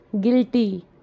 Guilty